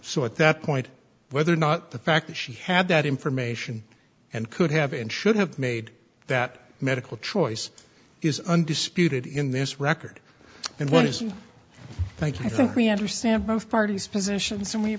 so at that point whether or not the fact that she had that information and could have and should have made that medical choice is undisputed in this record and what isn't thank you i think we understand both parties positions an